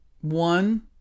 One